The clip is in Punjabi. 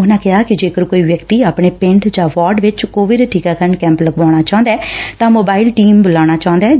ਉਨਾਂ ਕਿਹਾ ਕਿ ਜੇਕਰ ਕੋਈ ਵਿਅਕਤੀ ਆਪਣੇ ਪਿੰਡ ਜਾਂ ਵਾਰਡ ਵਿੱਚ ਕੋਵਿਡ ਟੀਕਾਕਰਨ ਕੈਪ ਲਗਵਾਉਣਾ ਚਾਹੁੰਦੈ ਜਾਂ ਮੋਬਾਇਲ ਟੀਮ ਬੁਲਾਉਣਾ ਚਾਹੁੰਦੈ